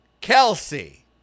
Kelsey